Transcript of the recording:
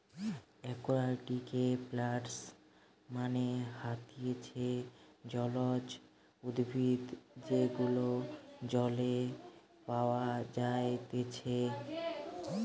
একুয়াটিকে প্লান্টস মানে হতিছে জলজ উদ্ভিদ যেগুলো জলে পাওয়া যাইতেছে